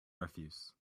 refuse